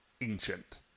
ancient